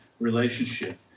relationship